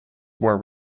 were